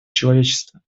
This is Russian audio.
человечества